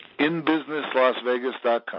InBusinessLasVegas.com